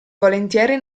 volentieri